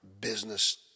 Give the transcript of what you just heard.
business